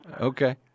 Okay